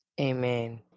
Amen